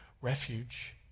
refuge